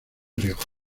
rioja